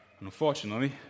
unfortunately